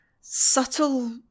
subtle